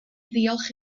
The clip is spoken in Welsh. ddiolch